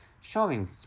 showing